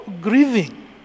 grieving